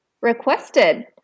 requested